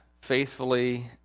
faithfully